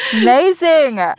Amazing